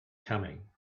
coming